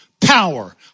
power